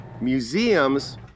museums